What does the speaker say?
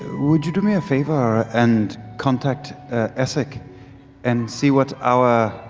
would you do me a favor and contact essek and see what our,